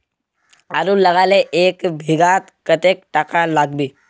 आलूर लगाले एक बिघात कतेक टका लागबे?